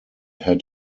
had